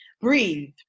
breathe